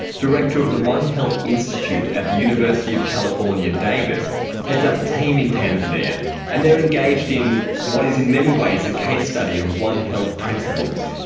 director of the one health institute at the university of california davis heads up a team in tanzania and they're engaged in what is in many ways a case study of one health principles.